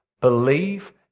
believe